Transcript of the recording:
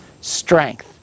strength